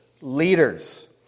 leaders